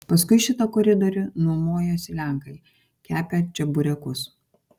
paskui šitą koridorių nuomojosi lenkai kepę čeburekus